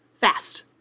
Fast